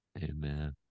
Amen